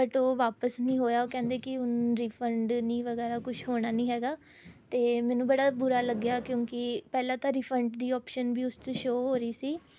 but ਉਹ ਵਾਪਸ ਨਹੀਂ ਹੋਇਆ ਉਹ ਕਹਿੰਦੇ ਕਿ ਹੁਣ ਰਿਫੰਡ ਨਹੀਂ ਵਗੈਰਾ ਕੁਛ ਹੋਣਾ ਨਹੀਂ ਹੈਗਾ ਅਤੇ ਮੈਨੂੰ ਬੜਾ ਬੁਰਾ ਲੱਗਿਆ ਕਿਉਂਕਿ ਪਹਿਲਾ ਤਾਂ ਰਿਫੰਡ ਦੀ ਆਪਸ਼ਨ ਵੀ ਉਸ 'ਚ ਸ਼ੋ ਹੋ ਰਹੀ ਸੀ